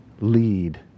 lead